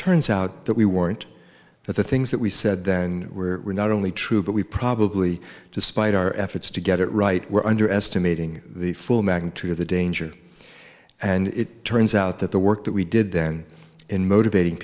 turns out that we weren't that the things that we said then were not only true but we probably despite our efforts to get it right we're underestimating the full magnitude of the danger and it turns out that the work that we did then in motivating